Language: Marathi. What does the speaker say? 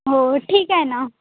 हो ठीक आहे ना